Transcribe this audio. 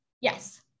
Yes